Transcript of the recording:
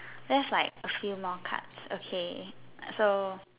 there's like a few more cards okay so